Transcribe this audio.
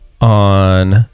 on